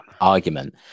argument